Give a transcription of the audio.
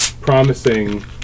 promising